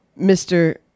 mr